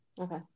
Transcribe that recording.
Okay